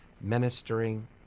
ministering